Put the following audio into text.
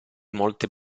molte